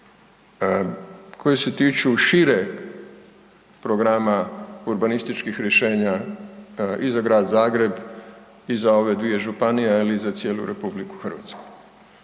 koji se tiču šire programa urbanističkih rješenja i za grad Zagreb i za ove dvije županije, ali i za cijelu RH. I zapravo